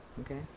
Okay